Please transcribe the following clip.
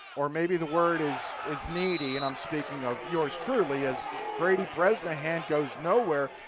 or maybe the word is is needy and i'm speaking of yours truly as grady bresnahan goes nowhere.